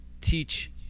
teach